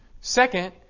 Second